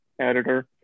editor